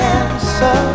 answer